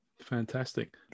Fantastic